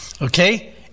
Okay